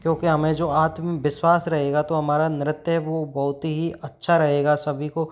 क्योंकि हमें जो आत्मा विश्वास रहेगा तो हमारा नृत्य है वह बहुत ही अच्छा रहेगा सभी को